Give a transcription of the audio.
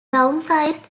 downsized